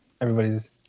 everybody's